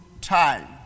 time